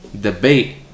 debate